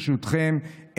ברשותכם,